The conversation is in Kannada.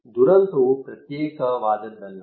ದುರಂತವು ಪ್ರತ್ಯೇಕವಾದದ್ದಲ್ಲ